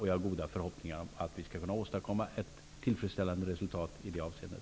Jag har goda förhoppningar om att vi skall kunna åstadkomma ett tillfredsställande resultat i det avseendet.